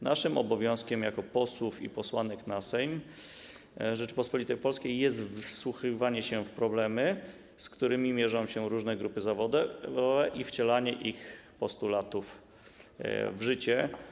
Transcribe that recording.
Naszym obowiązkiem jako posłów i posłanek na Sejm Rzeczypospolitej Polskiej jest wsłuchiwanie się w problemy, z którymi mierzą się różne grupy zawodowe, i wcielanie postulatów tych grup zawodowych w życie.